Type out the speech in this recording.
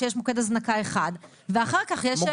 שיש מוקד הזנקה אחד ואחר כך יש את מי שמטפל.